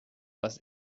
was